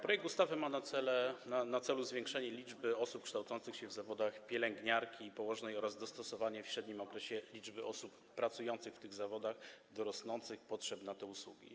Projekt ustawy ma na celu zwiększenie liczby osób kształcących się w zawodach pielęgniarki i położnej oraz dostosowanie w średnim okresie liczby osób pracujących w tych zawodach do rosnących potrzeb związanych z tymi usługami.